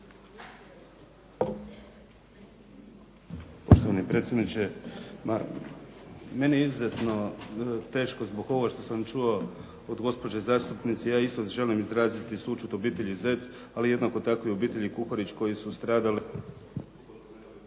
Poštovani predsjedniče. Meni je izuzetno teško zbog ovoga što sam čuo od gospođe zastupnice, ja isto želim izraziti sućut obitelji Zec, ali jednako tako i obitelji Kuparić koji su stradali